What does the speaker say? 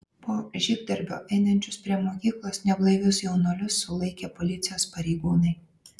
po žygdarbio einančius prie mokyklos neblaivius jaunuolius sulaikė policijos pareigūnai